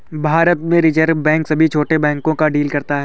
भारत में reserve bank सभी छोटे बैंक को डील करता है